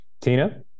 Tina